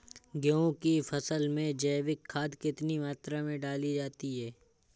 गेहूँ की फसल में जैविक खाद कितनी मात्रा में डाली जाती है?